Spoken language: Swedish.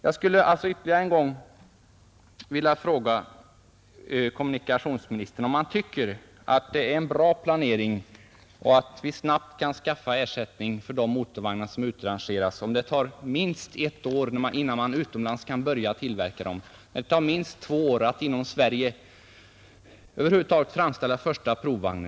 Jag skulle alltså ytterligare en gång vilja fråga kommunikationsministern om han är nöjd med att ingen planering finns för ersättning av de motorvagnar som utrangeras — när vi vet att det tar minst ett år innan de kan börja tillverkas utomlands och minst två år att inom Sverige över huvud taget framställa första provvagnen.